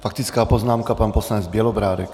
Faktická poznámka pan poslanec Bělobrádek.